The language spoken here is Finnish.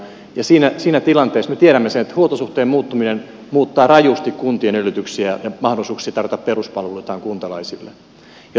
ja me tiedämme sen että huoltosuhteen muuttuminen muuttaa rajusti kuntien edellytyksiä ja mahdollisuuksia tarjota peruspalveluitaan kuntalaisille